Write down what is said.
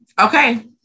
okay